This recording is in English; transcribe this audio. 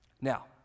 Now